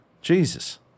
Jesus